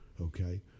okay